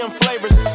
flavors